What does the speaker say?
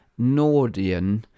Nordian